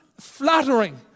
flattering